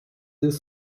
des